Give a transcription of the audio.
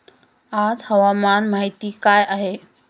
आज हवामान माहिती काय आहे?